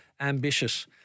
ambitious